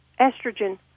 estrogen